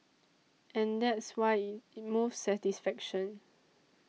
and that's why it moves satisfaction